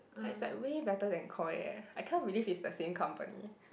but is like way better than Koi leh I cannot believe it's the same company